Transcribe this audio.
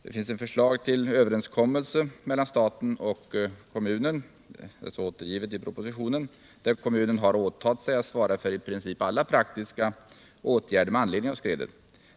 Det finns ett förslag ull överenskommelse mellan staten och kommunen —de: är återgivet i propositionen — enligt vilket kommunen har åtagit sig att svara för i princip alla praktiska åtgärder med anledning av skredet.